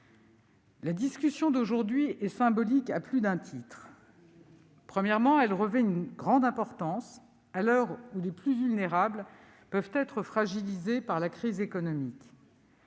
La discussion d'aujourd'hui est symbolique à plus d'un titre. Premièrement, elle revêt une grande importance à l'heure où les plus vulnérables peuvent être fragilisés par la crise économique.